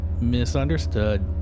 misunderstood